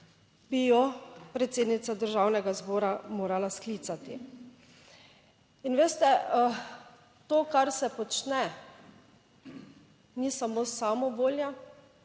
bi jo predsednica Državnega zbora morala sklicati. In veste, to kar se počne, ni samo samovolja,